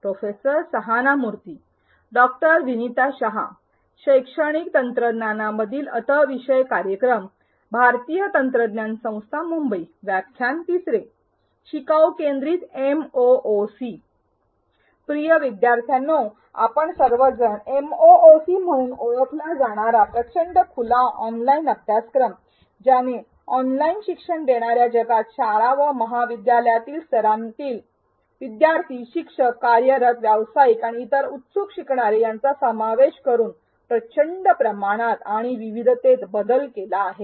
प्रिय विद्यार्थ्यांनो आपण सर्वजण एमओओसी म्हणून ओळखला जाणारा प्रचंड खुला ऑनलाईन अभ्यासक्रम ज्याने ऑनलाइन शिक्षण देणाऱ्या जगात शाळा व महाविद्यालयीन स्तरांतील विद्यार्थी शिक्षक कार्यरत व्यावसायिक आणि इतर उत्सुक शिकणारे यांचा समावेश करून प्रचंड प्रमाणात आणि विविधतेत बदल केला आहे